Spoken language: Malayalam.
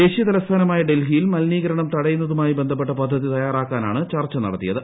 ദേശീയ തലസ്ഥാനമായ ഡൽഫീയിൽ മലിനീകരണം തടയുന്നതുമായി ബന്ധപ്പെട്ട പദ്ധതി തയാറ്ാക്കാനാണ് ചർച്ച നടത്തിയത്